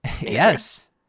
Yes